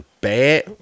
bad